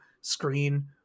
screen